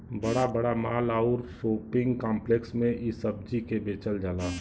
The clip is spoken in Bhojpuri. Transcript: बड़ा बड़ा माल आउर शोपिंग काम्प्लेक्स में इ सब्जी के बेचल जाला